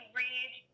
read